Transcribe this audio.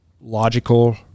logical